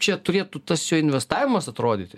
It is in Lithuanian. čia turėtų tas jo investavimas atrodyti